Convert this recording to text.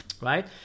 right